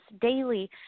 daily